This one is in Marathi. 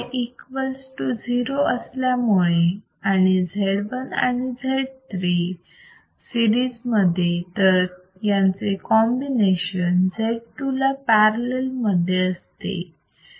I equals to 0 असल्यामुळे आणि Z1 and Z3 सीरिजमध्ये तर यांचे कॉम्बिनेशन Z2 ला पॅरलल मध्ये असते